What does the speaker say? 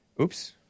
oops